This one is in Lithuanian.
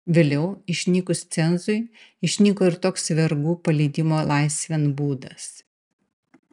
vėliau išnykus cenzui išnyko ir toks vergų paleidimo laisvėn būdas